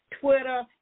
Twitter